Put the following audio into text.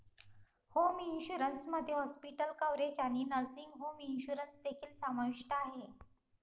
home insurance मध्ये hospital coverage आणि nursing home insurance देखील समाविष्ट आहे